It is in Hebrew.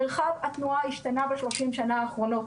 מרחב התנועה השתנה ב-30 השנים האחרונות,